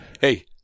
Hey